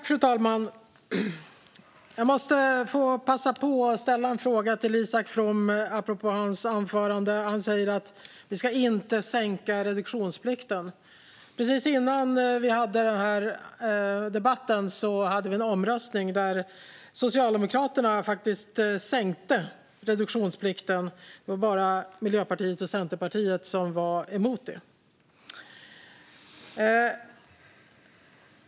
Fru talman! Jag måste passa på att ställa en fråga till Isak From apropå hans anförande. Han säger: Vi ska inte sänka reduktionsplikten. Precis innan vi hade denna debatt hade vi en omröstning där Socialdemokraterna faktiskt sänkte reduktionsplikten. Det var bara Miljöpartiet och Centerpartiet som var emot det.